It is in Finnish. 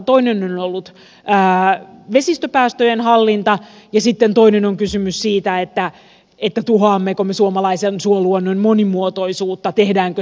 toinen on ollut vesistöpäästöjen hallinta ja toinen on kysymys siitä tuhoammeko me suomalaisen suoluonnon monimuotoisuutta tehdäänkö sellaisia ratkaisuja